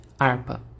ARPA